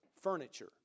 furniture